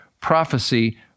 Prophecy